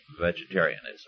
vegetarianism